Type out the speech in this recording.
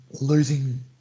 losing